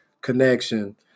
connection